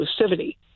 exclusivity